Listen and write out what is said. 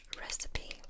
recipe